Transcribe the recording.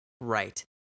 Right